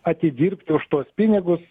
atidirbti už tuos pinigus